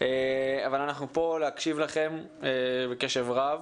אבל אנחנו כאן להקשיב לכם בקשב רב.